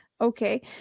Okay